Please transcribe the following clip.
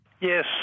Yes